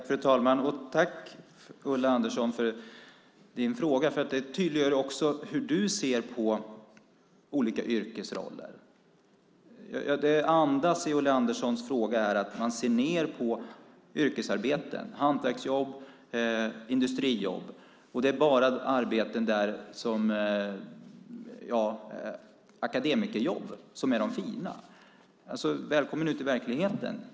Fru talman! Tack, Ulla Andersson, för din fråga! Den tydliggör också hur du ser på olika yrkesroller. Ulla Anderssons fråga andas att man ser ned på yrkesarbete, hantverksjobb och industrijobb. Det är bara akademikerjobb som är fina. Välkommen ut i verkligheten!